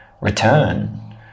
return